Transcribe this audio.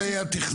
אלה גופי התכנון.